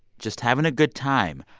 just having a good time,